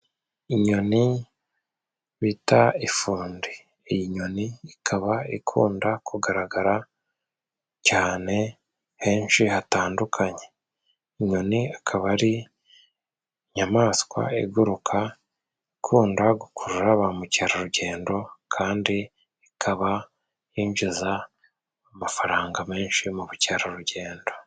Inyoni bita ifundi. Iyi nyoni ikaba ikunda kugaragara cyane henshi hatandukanye. Inyoni ikaba ari inyamaswa iguruka ikunda gukurura ba mukerarugendo, kandi ikaba yinjiza amafaranga menshi mu bukerarugendo.